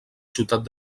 ciutat